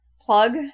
plug